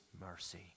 mercy